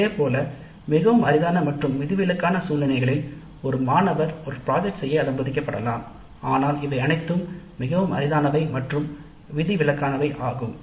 இதேபோல் மிகவும் அரிதான மற்றும் விதிவிலக்கான சூழ்நிலைகளில் ஒரு மாணவர் ஒரு திட்டத்தை செய்ய அனுமதிக்கப்படலாம் ஆனால் இவை அனைத்தும் மிகவும் அரிதானவை மற்றும் விதிவிலக்கானவை ஆகும்